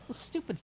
stupid